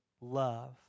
love